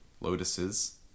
Lotuses